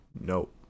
nope